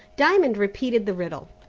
diamond repeated the riddle.